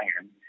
iron